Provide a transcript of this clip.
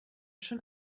schon